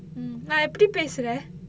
mm நா எப்படி பேசுற:naa eppadi pesura